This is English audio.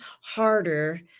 harder